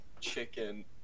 Chicken